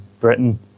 Britain